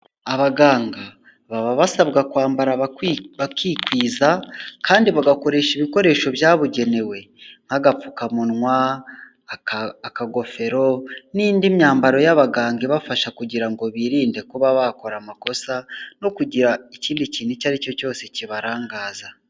Abaganga baba basabwa kwambara bakikwiza kandi bagakoresha ibikoresho byabugenewe, nk'agapfukamunwa, akagofero n'indi myambaro y'abaganga ibafasha kugira ngo birinde kuba bakora amakosa, no kugira ikindi kintu icyo ari cyo cyose kibarangaza.